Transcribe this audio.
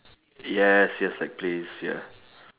yes yes like plays ya